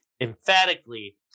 Emphatically